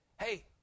hey